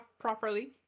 properly